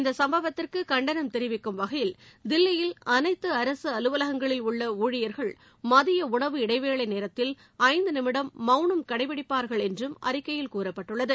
இந்த சும்பவத்திற்கு கண்டனம் தெரிவிக்கும் வகையில் தில்லியில் அனைத்து அரசு அலுவலகங்களில் உள்ள ஊழியர்கள் மதிய உணவு இடைவேளை நேரத்தில் ஐந்து நிமிடம் மௌனம் கடைபிடிப்பார்கள் என்றும் அறிக்கையில் கூறப்பட்டுள்ளது